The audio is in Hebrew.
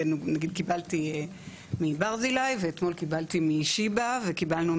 כולל מיגון נגד אב"כ וטילים וכולל כל מה